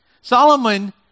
Solomon